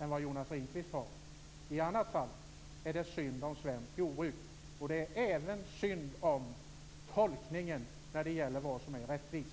än vad Jonas Ringqvist har. I annat fall är det synd om svenskt jordbruk. Det är även synd när det gäller tolkningen av vad som är rättvist.